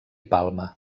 palma